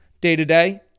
day-to-day